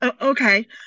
Okay